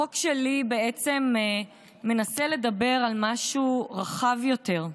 החוק שלי בעצם מנסה לדבר על משהו רחב יותר.